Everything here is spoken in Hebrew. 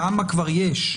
כמה כבר יש,